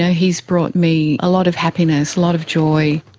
yeah he's brought me a lot of happiness lot of joy.